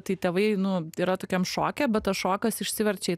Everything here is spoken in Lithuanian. tai tėvai nu yra tokiam šoke bet tas šokas išsiverčia į tai